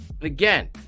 again